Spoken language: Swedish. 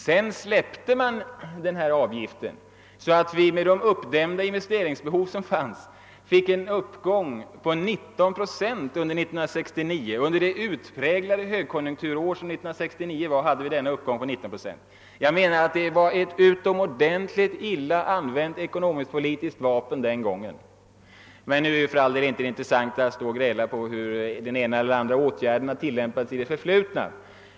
Sedan släppte man avgiften så att vi med det uppdämda investeringsbehov som fanns fick under det utpräglade högkonjunkturåret 1969 en uppgång på 19 procent. Det var enligt min mening ett utomordentligt illa använt ekonomisk-politiskt vapen. Vi bör emellertid inte stå och gräla om hur den ena eller andra åtgärden har tillämpats i det förflutna.